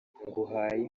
nguhaye